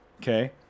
okay